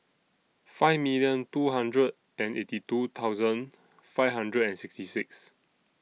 five million two hundred and eighty two thousand five hundred and sixty six